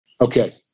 Okay